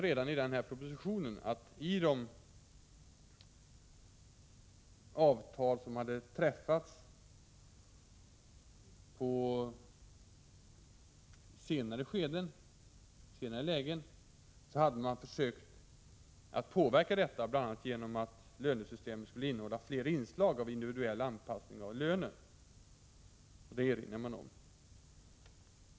Redan i propositionen erinrades om att man i de avtal som hade träffats i senare lägen hade försökt påverka detta bl.a. genom att låta lönesystemen innehålla fler inslag av individuell anpassning av lönen.